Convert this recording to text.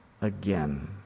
again